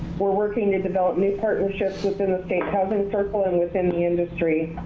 we're working to develop new partnerships within the state housing circle, and within the industry.